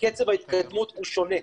וקצב ההתקדמות הוא שונה.